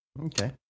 okay